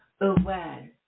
aware